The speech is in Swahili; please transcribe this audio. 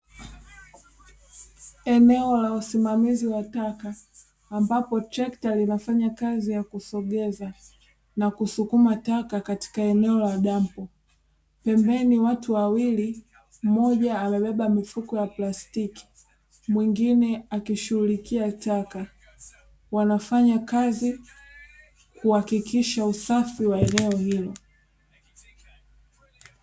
Eneo la usimamizi wa taka ambapo trekta linafanya kazi ya kusogeza na kusukuka taka katika eneo la dampo. Pembeni watu wawili mmoja amebeba mifuko ya plastiki, mwingine akishughulikia taka, wanafanya kazi kuhakikisha usafi wa eneo hilo.